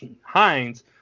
Hines